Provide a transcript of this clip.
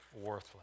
worthless